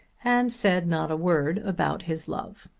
and said not a word about his love.